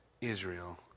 Israel